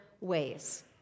ways